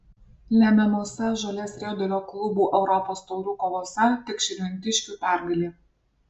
lemiamose žolės riedulio klubų europos taurių kovose tik širvintiškių pergalė